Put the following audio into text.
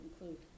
include